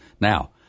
Now